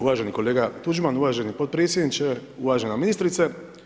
Uvaženi kolega Tuđman, uvaženi potpredsjedniče, uvažena ministrice.